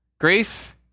grace